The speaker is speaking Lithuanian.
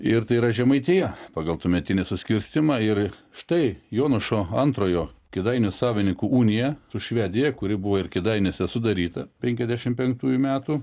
ir tai yra žemaitija pagal tuometinį suskirstymą ir štai jonušo antrojo kėdainių savininkų uniją su švedija kuri buvo ir kėdainiuose sudaryta penkiasdešim penktųjų metų